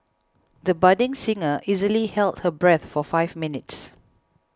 the budding singer easily held her breath for five minutes